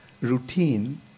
routine